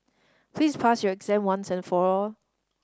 please pass your exam once and for all